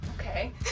okay